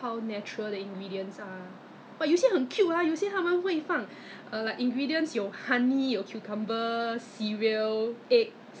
like funny leh so I wonder whether is it really the the it it kind of work with the dead skin become the but after that 真的是觉得好像比较比较比较薄